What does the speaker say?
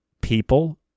people